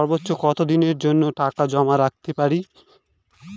সর্বোচ্চ কত দিনের জন্য টাকা জমা রাখতে পারি?